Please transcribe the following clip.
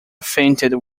fainted